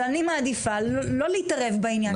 אבל אני מעדיפה לא להתערב בעניין.